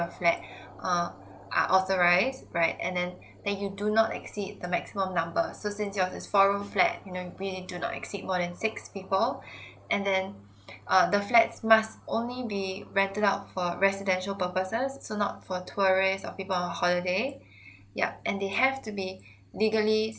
your flat err are authorise right and then that you do not exceed the maximum number so since yours is four room flat you know mean you do not exceed more than six people and then uh the flats must only be rented out for residential purposes so not for tourist or people on holiday yup and they have to be legally